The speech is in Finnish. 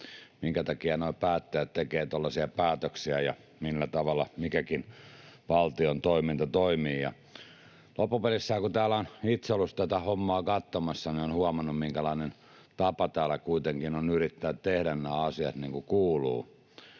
minkä takia nuo päättäjät tekevät tuollaisia päätöksiä ja millä tavalla mikäkin valtion toiminta toimii. Loppupeleissä, kun täällä on itse ollut tätä hommaa katsomassa, on huomannut, minkälainen tapa täällä kuitenkin on yrittää tehdä nämä asiat niin kuin kuuluu,